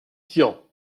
tian